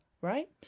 right